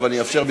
אני אאפשר,